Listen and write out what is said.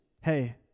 hey